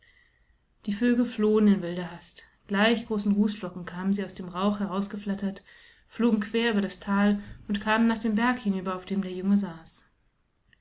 die vögel flohen in wilder hast gleich großen rußflocken kamen sie aus dem rauch herausgeflattert flogen quer über das tal und kamen nach dem berg hinüber auf dem der junge saß